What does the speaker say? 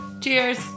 cheers